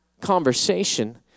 conversation